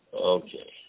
Okay